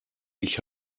ich